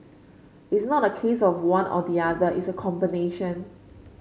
it's not a case of one or the other it's a combination